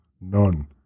None